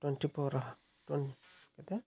twenty four କେତେ